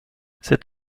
cet